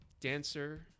dancer